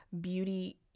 beauty